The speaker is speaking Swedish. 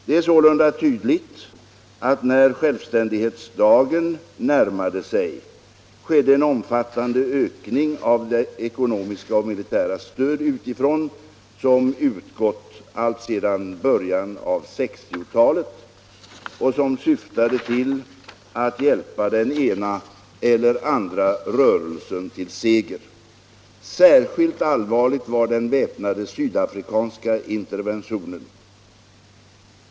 Det är sålunda tydligt att när självständighetsdagen närmade sig, skedde en omfattande ökning av det ekonomiska och militära stöd utifrån som utgått alltsedan början av 1960-talet och som syftade till att hjälpa den ena eller andra rörelsen till seger. Särskilt allvarlig var den väpnade sydafrikanska interventionen.